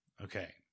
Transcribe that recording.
okay